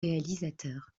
réalisateurs